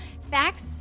facts